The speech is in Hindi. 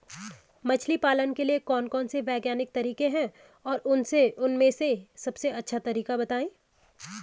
मछली पालन के लिए कौन कौन से वैज्ञानिक तरीके हैं और उन में से सबसे अच्छा तरीका बतायें?